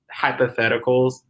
hypotheticals